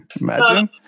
Imagine